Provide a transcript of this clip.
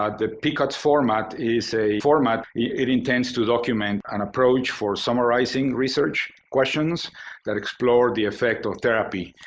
um the picot format is a format it intends to document an approach for summarizing research questions that explore the effect of therapy.